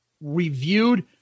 reviewed